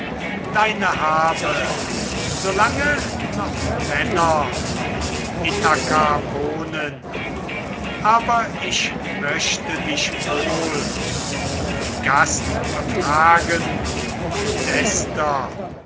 deine habe solange noch männer in ithaka wohnen aber ich möchte dich wohl um den gast befragen mein bester